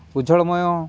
ଉଜ୍ଵଳମୟ